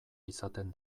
izaten